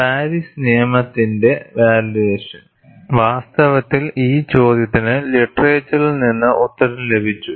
Paris നിയമത്തിന്റെ validation വാസ്തവത്തിൽ ഈ ചോദ്യത്തിന് ലിറ്ററച്ചറിൽ നിന്നും ഉത്തരം ലഭിച്ചു